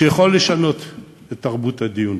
שאתה יכול לשנות את תרבות הדיון.